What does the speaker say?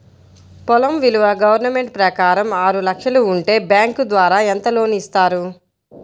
పొలం విలువ గవర్నమెంట్ ప్రకారం ఆరు లక్షలు ఉంటే బ్యాంకు ద్వారా ఎంత లోన్ ఇస్తారు?